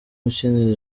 ukinira